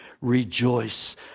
rejoice